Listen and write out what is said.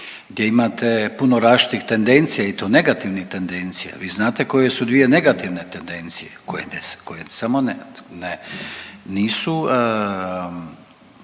gdje imate puno različitih tendencija i to negativnih tendencija. Vi znate koje su dvije negativne tendencije koje samo nisu, ne ovise